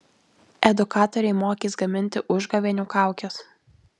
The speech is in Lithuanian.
edukatoriai mokys gaminti užgavėnių kaukes